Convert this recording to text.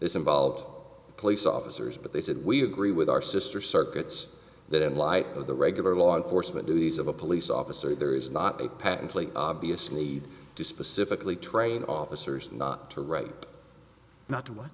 this involved police officers but they said we agree with our sister circuits that in light of the regular law enforcement duties of a police officer there is not a patently obvious need to specifically trained officers not to write not to